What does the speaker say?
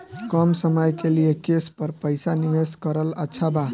कम समय के लिए केस पर पईसा निवेश करल अच्छा बा?